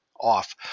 off